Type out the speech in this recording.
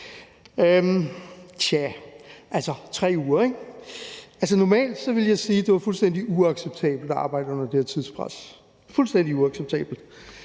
tja, altså om 3 uger, ikke? Normalt ville jeg sige, at det var fuldstændig uacceptabelt at arbejde under det her tidspres – fuldstændig uacceptabelt